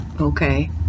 okay